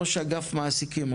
ראש אגף מעסיקים,